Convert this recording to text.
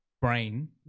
brain